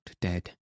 dead